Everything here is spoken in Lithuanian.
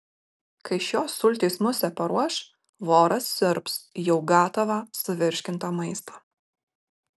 kai šios sultys musę paruoš voras siurbs jau gatavą suvirškintą maistą